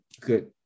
good